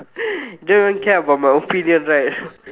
don't care about my opinion right